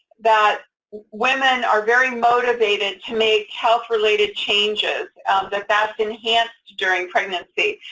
that women are very motivated to make health-related changes that, that's enhanced during pregnancy.